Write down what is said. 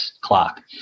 clock